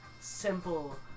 simple